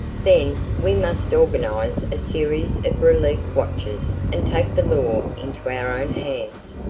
then we must organize a series of relief watches and take the law into our own hands,